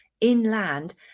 inland